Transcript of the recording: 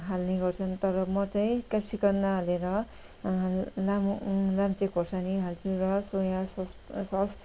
हाल्ने गर्छन् तर म चाहिँ केप्सिकम न हालेर लामो लाम्चे खुर्सानी हाल्छु र सोया सस सस